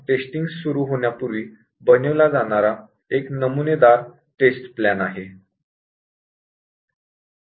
testing सुरू करण्यापूर्वी बनविल्या जाणाऱ्या टेस्ट प्लॅन मध्ये इत्यादी गोष्टी असतात